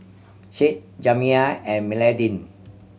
Shade Jamiya and Madaline